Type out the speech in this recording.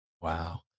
Wow